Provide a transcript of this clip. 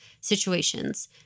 situations